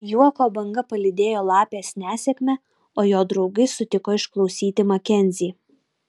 juoko banga palydėjo lapės nesėkmę o jo draugai sutiko išklausyti makenzį